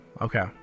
Okay